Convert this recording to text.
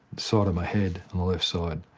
sort of my head on the left side,